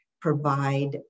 provide